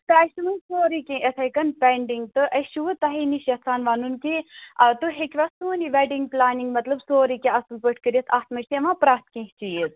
تۄہہِ چھُو نہٕ حظ سورُے کیٚنٛہہ یِتھَے کٔنۍ پینٛڈِنٛگ تہٕ أسۍ چھِوٕ تۄہے نِش یَژھان وَنُن کہِ تُہۍ ہیٚکِوا سون یہِ ویٚڈِنٛگ پُلانِنٛگ مطلب سورُے کیٚنٛہہ اَصٕل پٲٹھۍ کٔرِتھ اَتھ منٛز چھِ یِوان پرٛتھ کیٚنٛہہ چیٖز